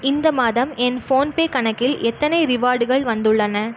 இந்த மாதம் என் ஃபோன்பே கணக்கில் எத்தனை ரிவார்டுகள் வந்துள்ளன